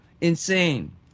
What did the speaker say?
insane